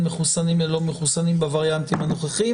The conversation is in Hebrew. מחוסנים ללא מחוסנים בווריאנטים הנוכחיים,